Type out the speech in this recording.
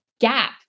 gap